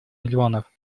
миллионов